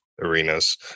arenas